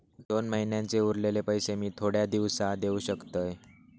दोन महिन्यांचे उरलेले पैशे मी थोड्या दिवसा देव शकतय?